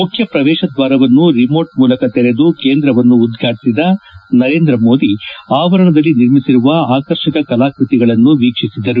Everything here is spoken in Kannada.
ಮುಖ್ಯ ಪ್ರವೇಶದ್ನಾರವನ್ನು ರಿಮೋಟ್ ಮೂಲಕ ತೆರೆದು ಕೇಂದ್ರವನ್ನು ಉದ್ವಾಟಿಸಿದ ನರೇಂದ್ರ ಮೋದಿ ಆವರಣದಲ್ಲಿ ನಿರ್ಮಿಸಿರುವ ಆಕರ್ಷಕ ಕಲಾಕೃತಿಗಳನ್ನು ವೀಕ್ಷಿಸಿದರು